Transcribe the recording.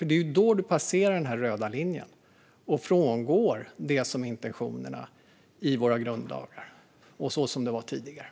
Det är då det passerar den röda linjen och frångår det som är intentionerna i våra grundlagar och så som det var tidigare.